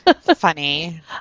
funny